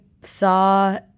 saw